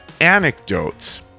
anecdotes